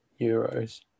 euros